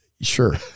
sure